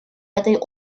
этой